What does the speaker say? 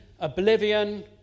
oblivion